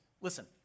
Listen